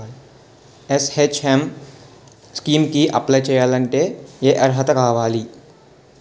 NHM scheme కి apply చేయాలి అంటే ఏ అర్హత కావాలి?